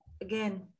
again